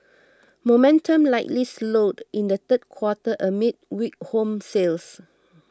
momentum likely slowed in the third quarter amid weak home sales